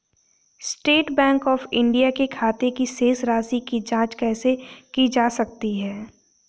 State Bank of India के खाते की शेष राशि की जॉंच कैसे की जा सकती है?